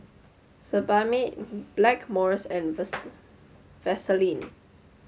Sebamed Blackmores and Vaselin